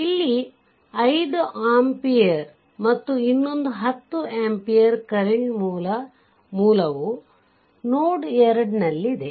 ಇಲ್ಲಿ 5 ಆಂಪಿಯರ್ಗಳು ಮತ್ತು ಇನ್ನೊಂದು 10 ಆಂಪಿಯರ್ ಕರೆಂಟ್ ಮೂಲವು ನೋಡ್ 2 ನಲ್ಲಿದೆ